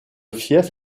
fief